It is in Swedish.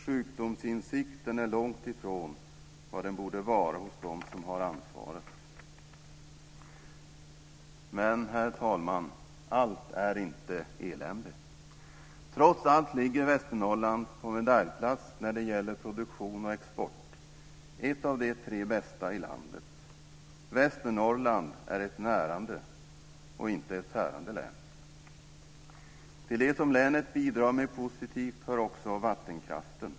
Sjukdomsinsikten är långtifrån vad den borde vara hos dem som har ansvaret. Men, herr talman, allt är inte elände. Trots allt ligger Västernorrland på medaljplats när det gäller produktion och export. Det är ett av de tre bästa i landet. Västernorrland är ett närande och inte ett tärande län. Till det som länet bidrar med positivt hör också vattenkraften.